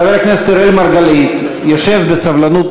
חבר הכנסת אראל מרגלית יושב בסבלנות,